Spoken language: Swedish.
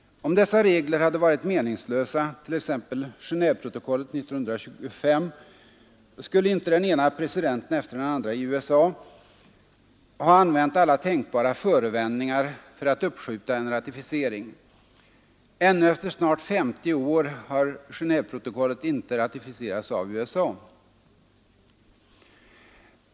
Om dessa regler hade varit meningslösa, t.ex. Genåveprotokollet 1925, skulle inte den ena presidenten efter den andra i USA ha använt alla tänkbara förevändningar för att uppskjuta en ratificering. Ännu efter snart 50 år har Gentveprotokollet inte ratificerats av USA.